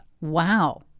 Wow